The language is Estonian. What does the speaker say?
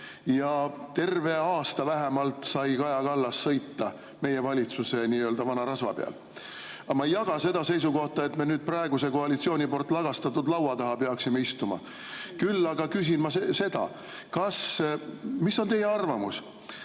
ja terve aasta vähemalt sai Kaja Kallas sõita meie valitsuse nii-öelda vana rasva peal. Aga ma ei jaga seda seisukohta, et me nüüd praeguse koalitsiooni poolt lagastatud laua taha peaksime istuma. Ent ma küsin seda. Mis on teie arvamus: